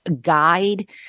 guide